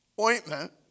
ointment